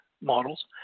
models